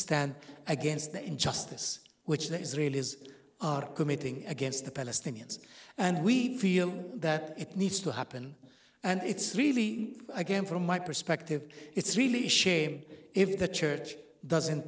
stand against the injustice which the israelis are committing against the palestinians and we feel that it needs to happen and it's really again from my perspective it's really shame if the church doesn't